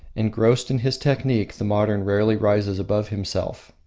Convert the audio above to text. engrossed in his technique, the modern rarely rises above himself.